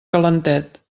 calentet